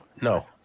No